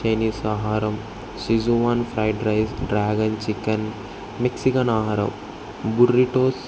Chinese ఆహారం cheese one fried rice dragon chicken Mexican ఆహారం burritos